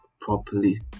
properly